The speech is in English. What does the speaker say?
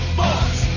boss